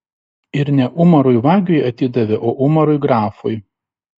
ir ne umarui vagiui atidavė o umarui grafui